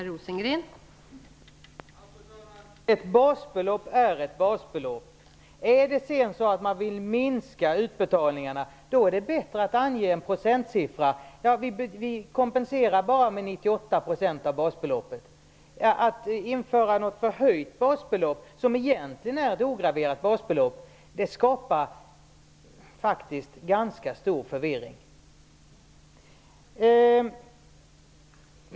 Fru talman! Ett basbelopp är ett basbelopp. Är det så att man vill minska utbetalningarna är det bättre att ange en procentsiffra och säga: Vi kompenserar bara med 98 % av basbeloppet. Att införa ett förhöjt basbelopp, som egentligen är ett ograverat basbelopp, skapar ganska stor förvirring.